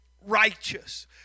righteous